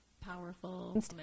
Powerful